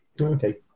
okay